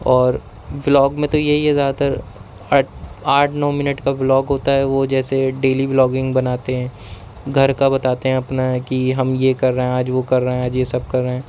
اور ولاگ میں تو یہی ہے زیادہ تر آٹ آٹھ نو منٹ کا ولاگ ہوتا ہے وہ جیسے ڈیلی ولاگنگ بناتے ہیں گھر کا بتاتے ہیں اپنا کہ ہم یہ کر رہے ہیں آج وہ کر رہے ہیں آج یہ سب کر رہے ہیں